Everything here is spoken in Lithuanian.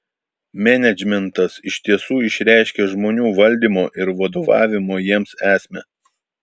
menedžmentas iš tiesų išreiškia žmonių valdymo ir vadovavimo jiems esmę